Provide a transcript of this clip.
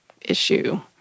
issue